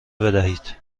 بدهید